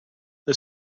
the